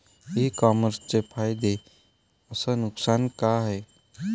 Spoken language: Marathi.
इ कामर्सचे फायदे अस नुकसान का हाये